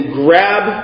grab